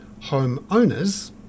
homeowners